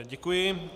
Děkuji.